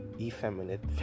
effeminate